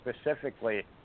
specifically